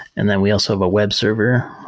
and then we also have a web server,